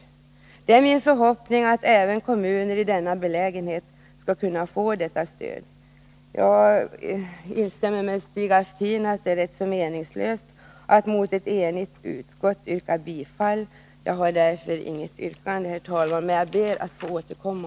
Det är min förhoppning att även kommuner i denna belägenhet skall kunna få sådant stöd. Jag instämmer med Stig Alftin i att det är ganska meningslöst att mot ett enigt utskott yrka bifall till en motion. Jag har därför, herr talman, inget yrkande, men ber att få återkomma.